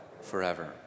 forever